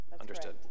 understood